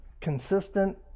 consistent